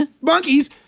monkeys